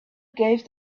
gave